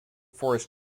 forest